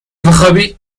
بخوابی